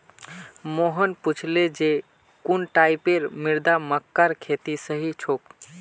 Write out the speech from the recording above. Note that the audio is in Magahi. मोहन पूछले जे कुन टाइपेर मृदा मक्कार खेतीर सही छोक?